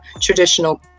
traditional